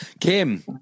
Kim